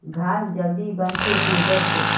घास जल्दी बन छे टेडर से